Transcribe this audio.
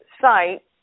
site